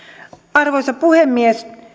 arvoisa puhemies